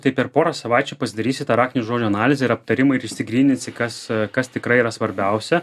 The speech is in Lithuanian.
tai per porą savaičių pasidarysi tą raktinių žodžių analizę ir aptarimui ir išsigryninsi kas kas tikrai yra svarbiausia